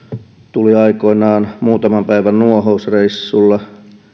tuli aikoinaan muutaman päivän nuohousreissulta